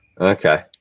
Okay